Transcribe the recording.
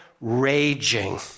raging